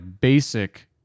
basic